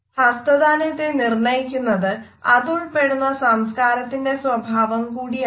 ഹസ്തദാനത്തെ നിർണയിക്കുന്നത് അതുൾപ്പെടുന്ന സംസ്കാരത്തിന്റെ സ്വഭാവം കൂടിയാണ്